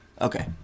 Okay